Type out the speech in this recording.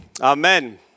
Amen